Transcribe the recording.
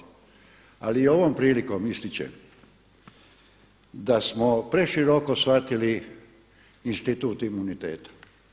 Ali ovom prilikom ističem da smo preširoko shvatili institut imuniteta.